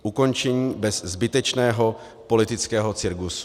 Ukončení bez zbytečného politického cirkusu.